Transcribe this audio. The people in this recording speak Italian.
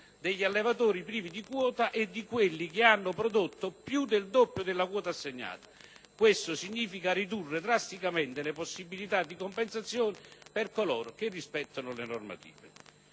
degli allevatori privi di quota e di quelli che hanno prodotto più del doppio della quota assegnata. Questo significa ridurre drasticamente le possibilità di compensazione per coloro che rispettano le normative.